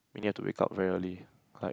meaning I have to wake up very early like